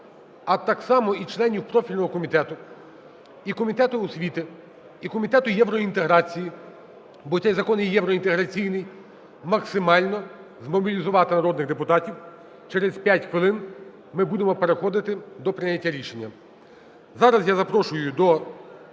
а так само і членів профільного комітету, і Комітету освіти, і Комітету євроінтеграції, бо цей закон є євроінтеграційний, максимально змобілізувати народних депутатів. Через 5 хвилин ми будемо переходити до прийняття рішення. Зараз я запрошую до